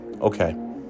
Okay